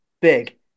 big